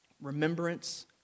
Remembrance